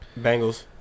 Bengals